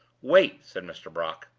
wait! said mr. brock.